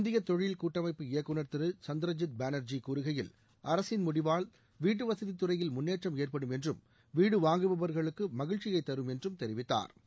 இந்திய தொழில் கூட்டமைப்பு இயக்குநர் திரு சந்திரஜித் பானர்ஜி கூறுகையில் அரசின் முடிவால் வீட்டுவசதி துறையில் முன்னேற்றம் ஏற்படும் என்றும் வீடு வாங்குபவர்களுக்கு மகிழ்ச்சியை தரும் என்றும் தெரிவித்தாா்